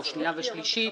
או שנייה ושלישית,